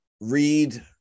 read